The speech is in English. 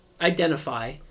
identify